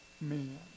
man